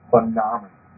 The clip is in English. Phenomenal